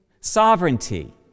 sovereignty